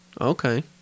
Okay